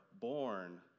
born